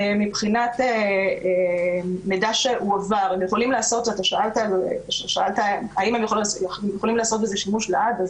מבחינת מידע שהועבר שאלת האם יכולים לעשות בזה שימוש לעד?